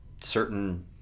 certain